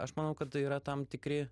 aš manau kad tai yra tam tikri